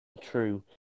True